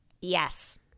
Yes